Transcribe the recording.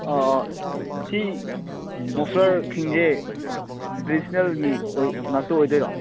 ꯑꯣ ꯁꯤ ꯃꯣꯐꯂꯔꯁꯤꯡꯁꯦ ꯇ꯭ꯔꯦꯗꯤꯁꯟꯅꯦꯜꯒꯤ ꯉꯥꯛꯇ ꯑꯣꯏꯗꯣꯏꯔꯣ